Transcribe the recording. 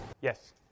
Yes